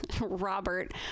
Robert